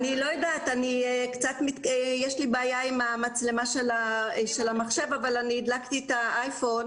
אני רוצה לומר כמה מילות פתיחה ברמה המערכתית לפני שנעבור לאנשי המקצוע.